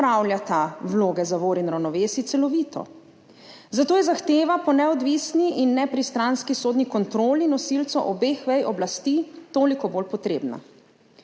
vloge zavor in ravnovesij celovito. Zato je zahteva po neodvisni in nepristranski sodni kontroli nosilcev obeh vej oblasti toliko bolj potrebna,